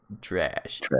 trash